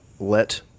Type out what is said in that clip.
Let